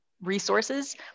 resources